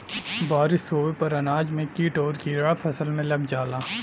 बारिस होये पर अनाज में कीट आउर कीड़ा फसल में लग जाला